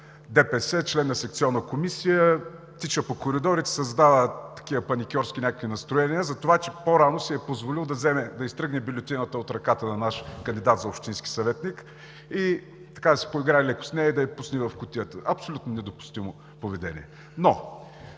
ДПС – член на секционна комисия, тича по коридорите и създава паникьорски някакви настроения за това, че по-рано си е позволил да изтръгне бюлетината от ръката на наш кандидат за общински съветник и да си поиграе леко с нея, и да я пусне в кутията. Абсолютно недопустимо поведение!